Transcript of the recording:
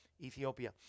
Ethiopia